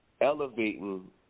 elevating –